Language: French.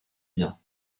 biens